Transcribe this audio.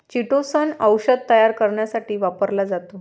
chitosan औषध तयार करण्यासाठी वापरला जातो